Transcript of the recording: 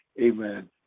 Amen